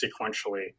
sequentially